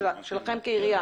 שלכם כעירייה?